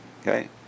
Okay